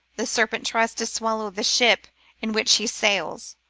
the serpent tries to swallow the ship in which he sails.